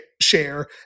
share